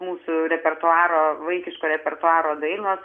mūsų repertuaro vaikiško repertuaro dainos